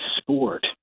sport